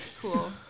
cool